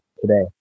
today